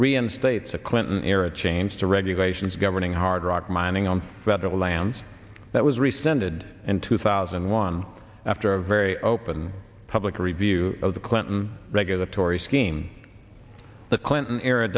reinstate the clinton era change to regulations governing hardrock mining on federal lands that was rescinded in two thousand and one after a very open public review of the clinton regulatory scheme the clinton era